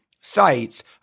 sites